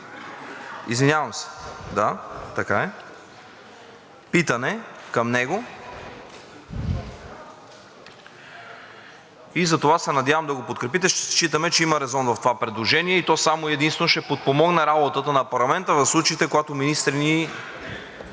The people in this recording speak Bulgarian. Считаме, че има питане към него, и затова се надявам да го подкрепите. Считаме, че има резон в това предложение и то само и единствено ще подпомогне работата на парламента в случаите, когато министри ни